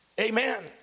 Amen